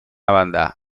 banda